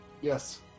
Yes